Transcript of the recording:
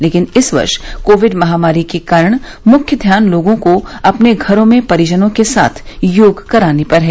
लेकिन इस वर्ष कोविड महामारी के कारण मुख्य ध्यान लोगों को अपने घरों में परिजनों के साथ योग कराने पर है